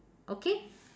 okay